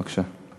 בבקשה.